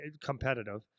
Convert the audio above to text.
competitive